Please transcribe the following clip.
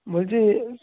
বলচি